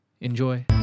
Enjoy